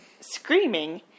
screaming